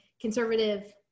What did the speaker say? conservative